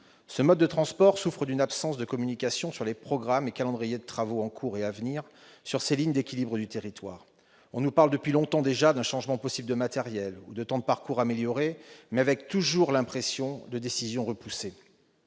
Ce mode de transport souffre d'une absence de communication quant aux programmes et calendriers de travaux en cours et à venir sur ces lignes d'équilibre du territoire. On nous parle depuis longtemps déjà d'un changement possible de matériel ou de temps de parcours améliorés, mais nous avons toujours l'impression de décisions repoussées.